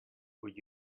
would